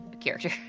character